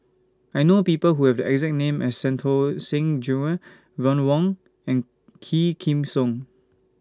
I know People Who Have The exact name as Santokh Singh Grewal Ron Wong and Quah Kim Song